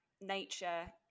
nature